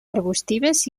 arbustives